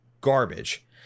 Garbage